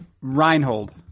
Reinhold